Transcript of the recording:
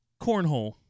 Cornhole